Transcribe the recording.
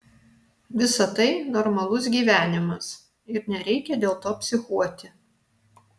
visa tai normalus gyvenimas ir nereikia dėl to psichuoti